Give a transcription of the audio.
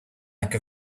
like